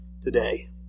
today